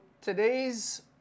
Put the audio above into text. today's